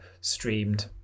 streamed